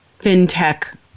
fintech